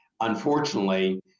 unfortunately